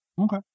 Okay